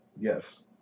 Yes